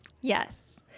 yes